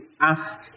Ask